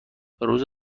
روز